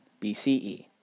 BCE